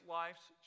life's